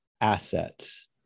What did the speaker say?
assets